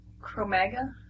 Chromega